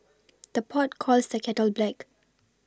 the pot calls the kettle black